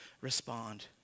respond